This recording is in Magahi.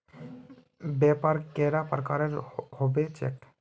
व्यापार कैडा प्रकारेर होबे चेक?